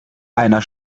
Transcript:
einer